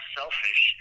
selfish